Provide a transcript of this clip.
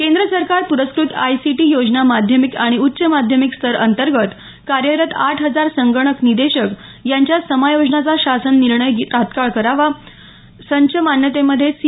केंद्र सरकार प्रस्क्रत आयसीटी योजना माध्यमिक आणि उच्च माध्यमिक स्तर अंतर्गत कार्यरत आठ हजार संगणक निदेशक यांच्या समायोजनाचा शासन निर्णय तात्काळ करावा संच मान्यतेमध्ये सी